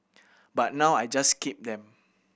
but now I just keep them